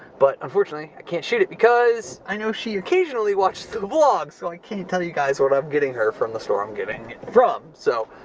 but unfortunately, i can't shoot it because i know she occasionally watches the the vlog, so i can't tell you guys what i'm getting her from the store i'm getting it from. so,